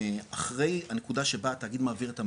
אחרי הנקודה שבה התאגיד מעביר את המים,